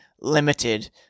limited